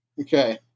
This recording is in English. Okay